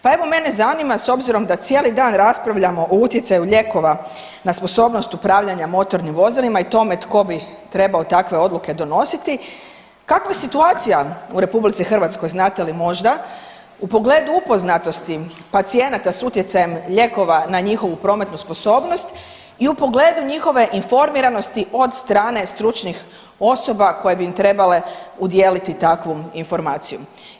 Pa evo, mene zanima, s obzirom da cijeli dan raspravljamo o utjecaju lijekova na sposobnost upravljanja motornim vozilima i tome tko bi trebao takve odluke donositi, kakva je situacija u RH, znate li možda u pogledu upoznatosti pacijenata s utjecajem lijekova na njihovu prometnu sposobnost i u pogledu njihove informiranosti od strane stručnih osoba koje bi im trebale udijeliti takvu informaciju?